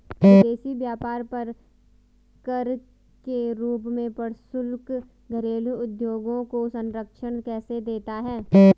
विदेशी व्यापार पर कर के रूप में प्रशुल्क घरेलू उद्योगों को संरक्षण कैसे देता है?